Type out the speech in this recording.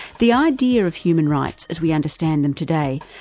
the idea of human rights as we understand them today,